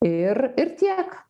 ir ir tiek